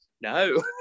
No